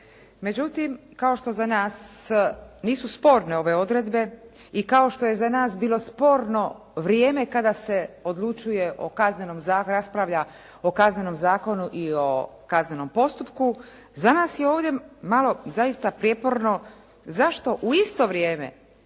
Međutim, kao što za nas nisu sporne ove odredbe i kao što je za nas bilo sporno vrijeme kada se odlučuje, raspravlja o Kaznenom zakonu i o kaznenom postupku, za nas je ovdje malo zaista prijeporno zašto u isto vrijeme